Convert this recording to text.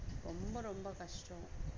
ரொம்ப ரொம்ப கஷ்டம்